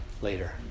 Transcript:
later